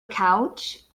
couch